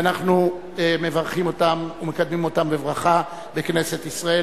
אנחנו מברכים אותם ומקדמים אותם בברכה בכנסת ישראל.